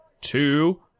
two